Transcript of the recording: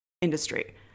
industry